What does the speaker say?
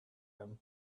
him